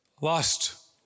Lost